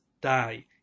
die